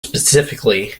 specifically